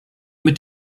mit